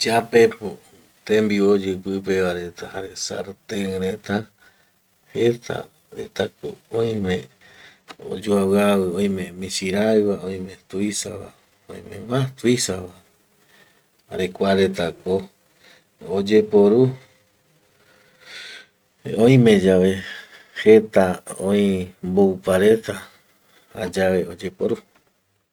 Yapepo tembiu oyi pipeva reta jare sarten reta jeta retako, oime oyoaviavi, oime misiraiva, oime tuisava, oima matuisava jare kuaretako oyeporu oimeyave jeta oi mboupa reta, jayae oyeporu